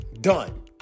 Done